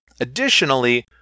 Additionally